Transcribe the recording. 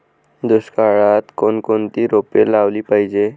दुष्काळात कोणकोणती रोपे लावली पाहिजे?